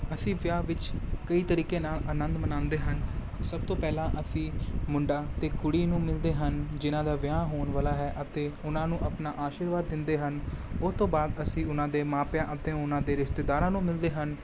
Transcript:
ਅਸੀਂ ਵਿਆਹ ਵਿੱਚ ਕਈ ਤਰੀਕੇ ਨਾਲ ਆਨੰਦ ਮਨਾਉਂਦੇ ਹਨ ਸਭ ਤੋਂ ਪਹਿਲਾਂ ਅਸੀਂ ਮੁੰਡਾ ਅਤੇ ਕੁੜੀ ਨੂੰ ਮਿਲਦੇ ਹਨ ਜਿਹਨਾਂ ਦਾ ਵਿਆਹ ਹੋਣ ਵਾਲਾ ਹੈ ਅਤੇ ਉਹਨਾਂ ਨੂੰ ਆਪਣਾ ਆਸ਼ੀਰਵਾਦ ਦਿੰਦੇ ਹਨ ਉਹ ਤੋਂ ਬਾਅਦ ਅਸੀਂ ਉਹਨਾਂ ਦੇ ਮਾਪਿਆਂ ਅਤੇ ਉਹਨਾਂ ਦੇ ਰਿਸ਼ਤੇਦਾਰਾਂ ਨੂੰ ਮਿਲਦੇ ਹਨ